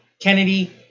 Kennedy